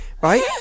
right